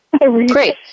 Great